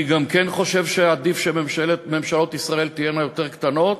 אני גם כן חושב שעדיף שממשלות ישראל תהיינה יותר קטנות.